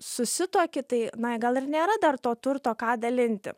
susituoki tai na gal ir nėra dar to turto ką dalinti